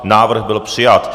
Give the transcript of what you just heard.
Návrh byl přijat.